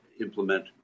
implement